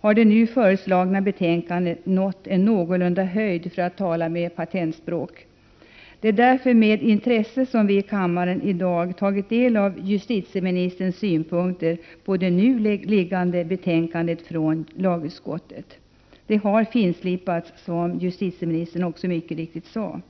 har det nu föreslagna betänkandet nått en någorlunda höjd, för att tala med patentspråk. Det är därför som vi i dag i kammaren med intresse har tagit del av justitieministerns synpunkter på betänkandet från lagutskottet. Betänkandet har finslipats, som justitieministern också mycket riktigt sade.